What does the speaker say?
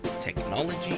technology